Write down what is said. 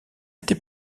était